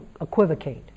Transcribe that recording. equivocate